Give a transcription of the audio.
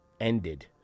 ended